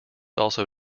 also